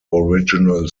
original